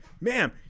ma'am